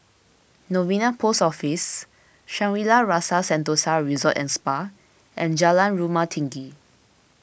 Novena Post Office Shangri La's Rasa Sentosa Resort and Spa and Jalan Rumah Tinggi